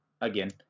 again